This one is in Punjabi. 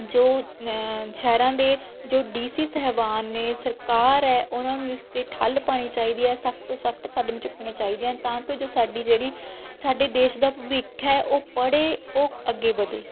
ਜੋ ਸ਼ਹਿਰਾਂ ਦੇ ਜੋ ਡੀ ਸੀ ਸਾਹਿਬਾਨ ਨੇ ਸਰਕਾਰ ਹੈ ਉਹਨਾਂ ਨੂੰ ਇਸਤੇ ਠੱਲ ਪਾਉਣੀ ਚਾਹੀਦੀ ਹੈ ਸਖਤ ਤੋਂ ਸਖਤ ਕਦਮ ਚੁੱਕਣੇ ਚਾਹੀਦੇ ਹਨ ਤਾਂ ਕੋਈ ਜੋ ਸਾਡੀ ਜਿਹੜੀ ਸਾਡੇ ਦੇਸ਼ ਦਾ ਭਵਿੱਖ ਹੈ ਉਹ ਪੜ੍ਹੇ ਉਹ ਅੱਗੇ ਵਧੇ